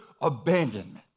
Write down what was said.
abandonment